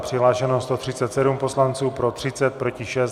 Přihlášeno 137 poslanců, pro 30, proti 6.